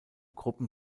gruppen